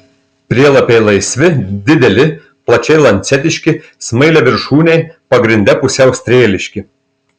prielapiai laisvi dideli plačiai lancetiški smailiaviršūniai pagrinde pusiau strėliški